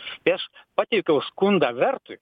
spės pateikiau skundą vertui